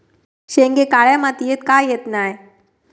शेंगे काळ्या मातीयेत का येत नाय?